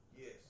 Yes